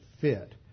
fit